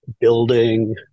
building